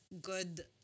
good